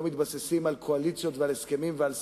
מתבססים על קואליציות ועל הסכמים ועל סקטורים.